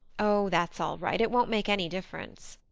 oh, that's all right it won't make any difference.